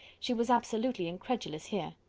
she was absolutely incredulous here.